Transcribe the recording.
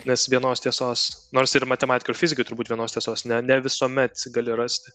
nes vienos tiesos nors ir matematikoj ir fizikoj turbūt vienos tiesos ne visuomet gali rasti